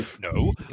No